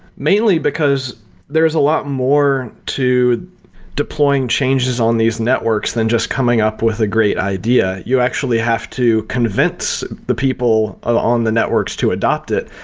mainly because there's a lot more to deploying changes on these networks than just coming up with a great idea. you actually have to convince the people on the networks to adopt it,